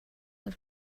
have